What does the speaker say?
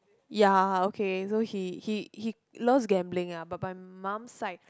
ya okay so he he he loves gambling ah but my mum side